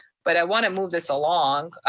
but i wanna move this along.